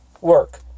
work